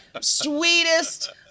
sweetest